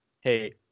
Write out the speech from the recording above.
hey